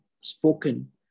spoken